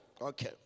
Okay